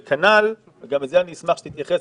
וכנ"ל וגם לזה אשמח שתתייחס,